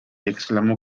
exclamó